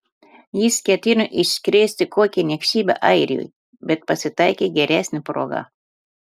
jis ketino iškrėsti kokią niekšybę airiui bet pasitaikė geresnė proga